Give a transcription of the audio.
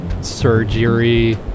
surgery